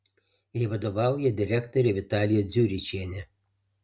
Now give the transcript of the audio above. jai vadovauja direktorė vitalija dziuričienė